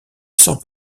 sans